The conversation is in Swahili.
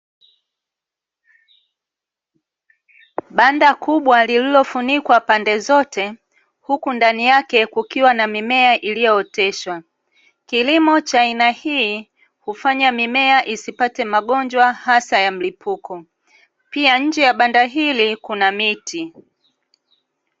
Banda kubwa lililofunikwa pande zote huku ndani yake kukiwa na mimea iliyooteshwa. Kilimo cha aina hii hufanya mimea isipate magonjwa hasa ya mlipuko. Pia nje ya banda hili kuna miti.